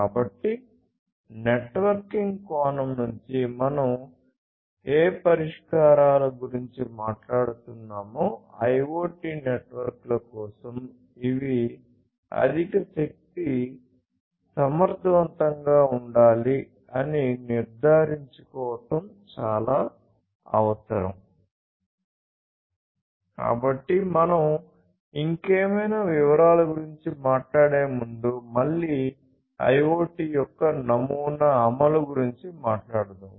కాబట్టి నెట్వర్కింగ్ కోణం నుండి మనం ఏ పరిష్కారాల గురించి మాట్లాడుతున్నామో ఐఒటి నెట్వర్క్ల కోసం ఇవి అధిక శక్తి సమర్థవంతంగా ఉండాలి అని నిర్ధారించుకోవడం చాలా అవసరం కాబట్టి మనం ఇంకేమైనా వివరాల గురించి మాట్లాడేముందు మళ్ళీ IoT యొక్క నమూనా అమలు గురించి మాట్లాడుదాం